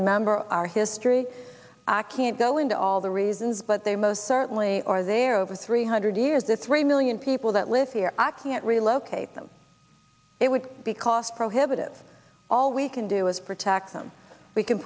remember our history i can't go into all the reasons but they most certainly are there over three hundred years the three million people that live here i can't relocate them it would be cost prohibitive all we can do is protect them we can